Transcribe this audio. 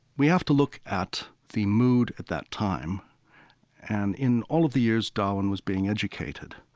we have to look at the mood at that time and in all of the years darwin was being educated.